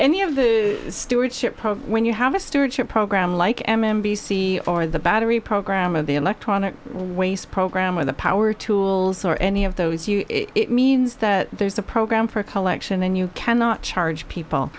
any of the stewardship when you have a stewardship program like m m b c or the battery program of the electronic waste program or the power tools or any of those you it means that there's a program for collection and you cannot charge people